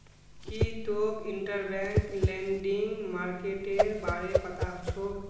की तोक interbank lending मार्केटेर बारे पता छोक